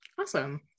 Awesome